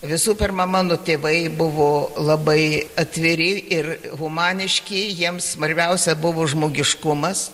visų pirma mano tėvai buvo labai atviri ir humaniški jiems svarbiausia buvo žmogiškumas